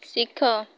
ଶିଖ